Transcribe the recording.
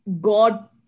god